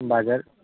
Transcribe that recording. বাজার